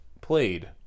played